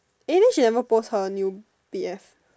eh then she never post her new B_F